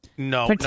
No